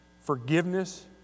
forgiveness